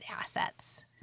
assets